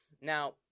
Now